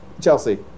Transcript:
Chelsea